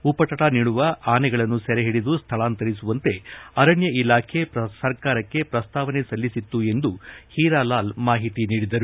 ಉಪಟಳ ನೀಡುವ ಆನೆಗಳನ್ನು ಸೆರೆಹಿಡಿದು ಸ್ಥಳಾಂತರಿಸುವಂತೆ ಅರಣ್ಯ ಇಲಾಖೆ ಸರ್ಕಾರಕ್ಕೆ ಪ್ರಸ್ತಾವನೆ ಸಲ್ಲಿಸಿತ್ತು ಎಂದು ಹೀರಲಾಲ್ ಮಾಹಿತಿ ನೀಡಿದ್ದಾರೆ